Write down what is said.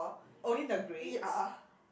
only the grades